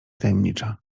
tajemnicza